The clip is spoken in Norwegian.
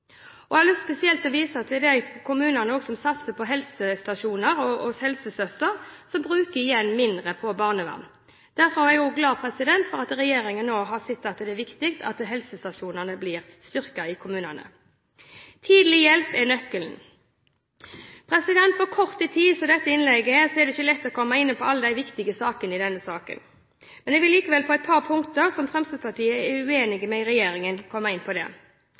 Jeg har spesielt lyst til å vise til at de kommunene som også satser på helsestasjoner og helsesøstre, bruker mindre på barnevern. Derfor er jeg også glad for at regjeringen har sett at det er viktig at helsestasjonene blir styrket i kommunene. Tidlig hjelp er nøkkelen. På kort tid er det ikke lett å komme inn på alle de viktige punktene i denne saken. Jeg vil likevel komme inn på et par punkter som Fremskrittspartiet er uenig med regjeringen i. Det